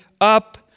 up